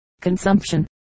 Consumption